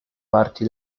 parti